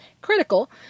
critical